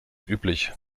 üblich